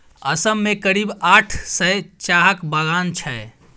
असम मे करीब आठ सय चाहक बगान छै